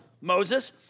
Moses